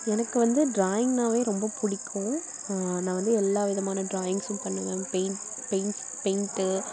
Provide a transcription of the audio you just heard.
எனக்கு வந்து டிராயிங்னாவே ரொம்ப பிடிக்கும் நான் வந்து எல்லா விதமான டிராயிங்ஸும் பண்ணுவேன் பெயிண்ட் பெயிண்ட்ஸ் பெயிண்ட்டு